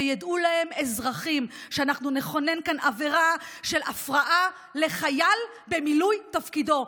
וידעו להם אזרחים שאנחנו נכונן כאן עבירה של הפרעה לחייל במילוי תפקידו.